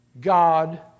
God